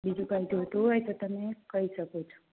બીજું કઈ જોઈતું હોય તો તમે કહી શકો છો